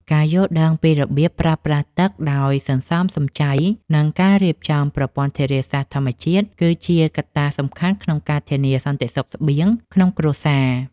ការយល់ដឹងពីរបៀបប្រើប្រាស់ទឹកដោយសន្សំសំចៃ និងការរៀបចំប្រព័ន្ធធារាសាស្ត្រធម្មជាតិ គឺជាកត្តាសំខាន់ក្នុងការធានាសន្តិសុខស្បៀងក្នុងគ្រួសារ។